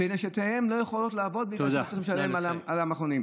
ונשותיהם לא יכולות לעבוד בגלל שהם צריכים לשלם על המכונים.